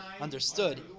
understood